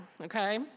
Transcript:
okay